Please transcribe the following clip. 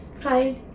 tried